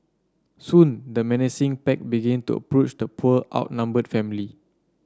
soon the menacing pack began to approach the poor outnumbered family